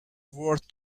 word